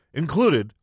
included